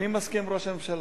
אני מסכים עם ראש הממשלה.